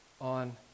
on